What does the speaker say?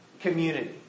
community